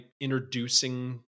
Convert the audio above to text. introducing